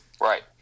Right